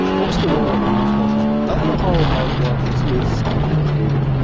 what's the role of mouthwashes? alcohol in mouthwash is is contraindicated.